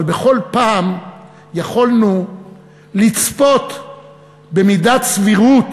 אבל בכל פעם יכולנו לצפות במידת סבירות